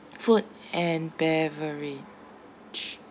food and beverage